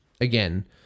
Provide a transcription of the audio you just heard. again